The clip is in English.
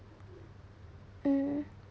mm